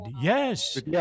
Yes